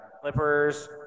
Clippers